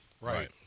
Right